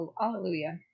hallelujah